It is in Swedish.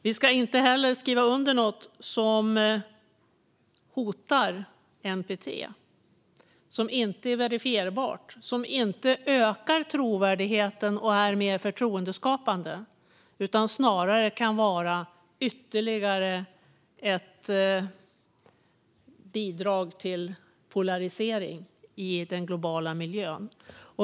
Vi ska inte heller skriva under något som hotar NPT, som inte är verifierbart och som inte ökar trovärdigheten och är mer förtroendeskapande utan snarare kan vara ytterligare ett bidrag till polarisering i den globala miljön.